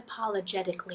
unapologetically